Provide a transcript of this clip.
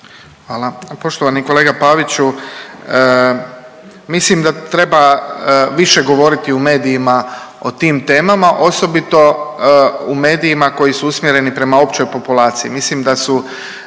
Hvala. Poštovani kolega Paviću. Mislim da treba više govoriti u medijima o tim temama, osobito u medijima koji su usmjereni prema općoj populaciji. Mislim da je